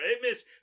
Miss